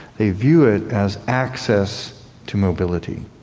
they view it as access to mobility.